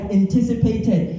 anticipated